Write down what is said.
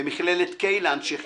במכללת קיי לאנשי חינוך.